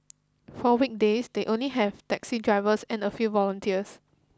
for weekdays they only have taxi drivers and a few volunteers